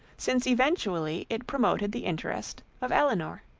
since eventually it promoted the interest of elinor.